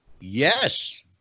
yes